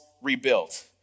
rebuilt